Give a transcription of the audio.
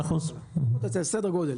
פחות או יותר סדר גודל,